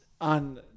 on